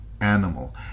animal